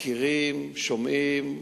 מכירים, שומעים,